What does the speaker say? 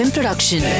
Production